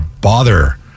bother